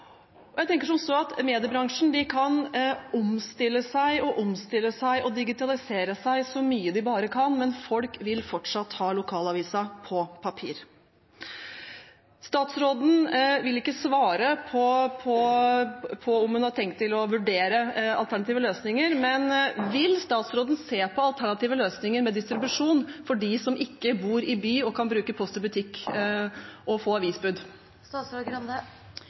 Jeg tenker som så at mediebransjen kan omstille seg og digitalisere seg så mye de bare kan, men folk vil fortsatt ha lokalavisen på papir. Statsråden vil ikke svare på om hun tar tenkt til å vurdere alternative løsninger, men vil statsråden se på alternative løsninger med distribusjon for dem som ikke bor i by, og som kan bruke post i butikk, og få